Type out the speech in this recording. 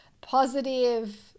positive